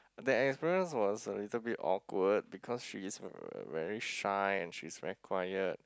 that experience was a little bit awkward because she is uh very shy and she's very quiet